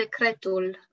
secretul